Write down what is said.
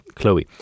Chloe